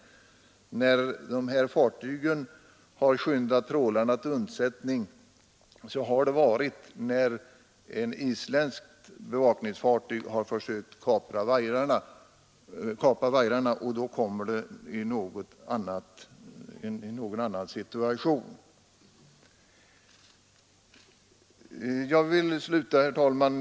När dessa fartyg skyndat trålarna till undsättning, har det varit för att ett isländskt bevakningsfartyg försökt kapa vajrarna, och då kommer saken i ett annat ljus.